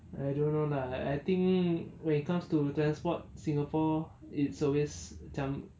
I don't know lah I think when it comes to transport singapore it's always macam